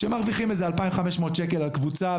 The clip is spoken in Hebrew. שמרוויחים איזה אלפיים חמש מאות שקל על קבוצה,